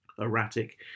erratic